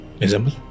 example